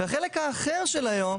ובחלק האחר של היום,